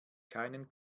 keinen